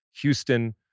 Houston